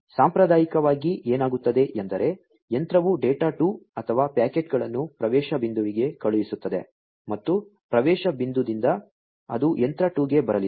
ಸಾಂಪ್ರದಾಯಿಕವಾಗಿ ಏನಾಗುತ್ತದೆ ಎಂದರೆ ಯಂತ್ರವು ಡೇಟಾ 2 ಅಥವಾ ಪ್ಯಾಕೆಟ್ಗಳನ್ನು ಪ್ರವೇಶ ಬಿಂದುವಿಗೆ ಕಳುಹಿಸುತ್ತದೆ ಮತ್ತು ಪ್ರವೇಶ ಬಿಂದುದಿಂದ ಅದು ಯಂತ್ರ 2 ಗೆ ಬರಲಿದೆ